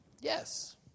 Yes